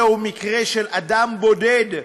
זהו מקרה של אדם בודד,